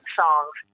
songs